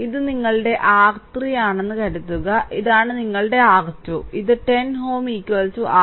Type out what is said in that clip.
ഇത് നിങ്ങളുടെ R3 ആണെന്ന് കരുതുക ഇതാണ് നിങ്ങളുടെ R2 ഇത് 10 Ω R3